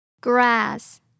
Grass